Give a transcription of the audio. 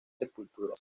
sepulturas